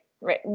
Right